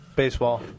Baseball